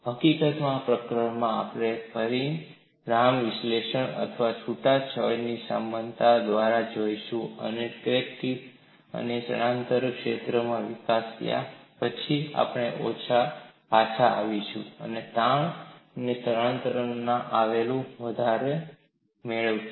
હકીકતમાં આ પ્રકરણમાં આપણે પરિમાણીય વિશ્લેષણ અથવા છૂટછાટની સમાનતા દ્વારા જઈશું જ્યારે આપણે ક્રેક ટીપ તણાવ અને સ્થાનાંતરણ ક્ષેત્ર વિકસાવ્યા પછી આપણે પાછા આવીશું અને તાણ અને સ્થાનાંતરણના આધારે મેળવીશું